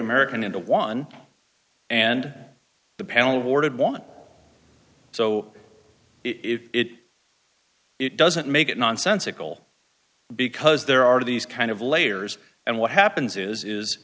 american into one and the panel awarded one so it it doesn't make it nonsensical because there are these kind of layers and what happens is is